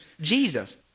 Jesus